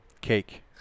Cake